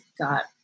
got